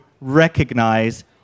recognize